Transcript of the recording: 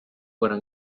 gran